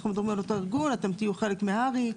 אתם תהיו חלק מהר"י.